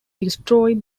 destroy